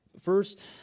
First